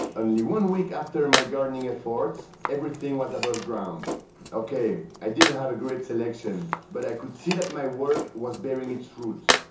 only one week after my gardening efforts, everything was above ground ok, i didn't have a great selection but i could see that my work was bearing its fruits.